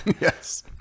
yes